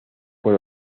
por